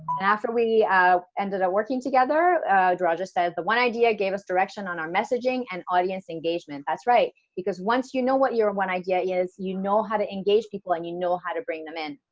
and after we ended up working together roger said the one idea gave us direction on our messaging and audience engagement that's right because once you know what your one idea is you know how to engage people and you know how to bring them in